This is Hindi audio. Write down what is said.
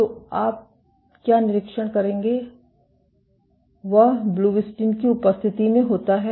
तो आप क्या निरीक्षण करेंगे हैं वह ब्लूबिस्टिन की उपस्थिति में होता है